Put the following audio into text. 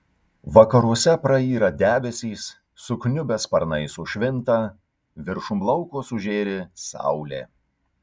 vakaruose prayra debesys sukniubę sparnai sušvinta viršum lauko sužėri saulė